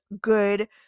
good